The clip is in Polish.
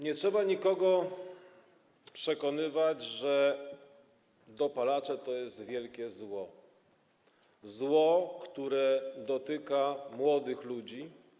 Nie trzeba nikogo przekonywać, że dopalacze to jest wielkie zło, zło, które dotyka młodych ludzi.